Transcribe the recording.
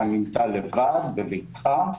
אתה נמצא לבד בביתך,